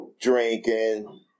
drinking